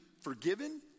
forgiven